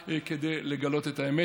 כדי לגלות את האמת,